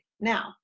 Now